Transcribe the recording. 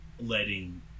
letting